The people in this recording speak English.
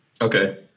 Okay